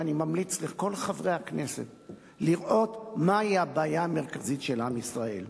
ואני ממליץ לכל חברי הכנסת לראות מהי הבעיה המרכזית של עם ישראל.